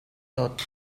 tot